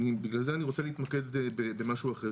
בגלל זה אני רוצה להתמקד במשהו אחר.